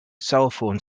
cellphone